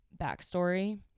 backstory